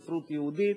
ספרות יהודית.